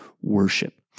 worship